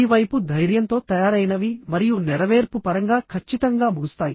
ఈ వైపు ధైర్యంతో తయారైనవి మరియు నెరవేర్పు పరంగా ఖచ్చితంగా ముగుస్తాయి